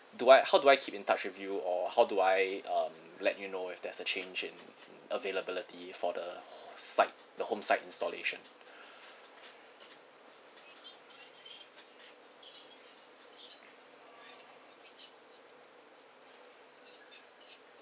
do I how do I keep in touch with you or how do I um let you know if there's a change in availability for the side home side installation